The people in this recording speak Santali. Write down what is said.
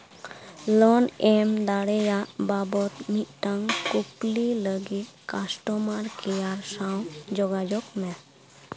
ᱞᱳᱱ ᱮᱢ ᱫᱟᱲᱮᱭᱟᱜ ᱵᱟᱵᱚᱫᱽ ᱢᱤᱫᱴᱟᱝ ᱠᱩᱠᱞᱤ ᱞᱟᱹᱜᱤᱫ ᱠᱟᱥᱴᱚᱢᱟᱨ ᱠᱮᱭᱟᱨ ᱥᱟᱶ ᱡᱳᱜᱟᱡᱳᱜᱽ ᱢᱮ